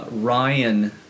Ryan